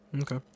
Okay